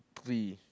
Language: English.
free